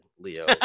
Leo